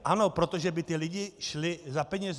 Ano, protože by ty lidi šli za penězi.